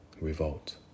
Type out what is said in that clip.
revolt